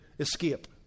escape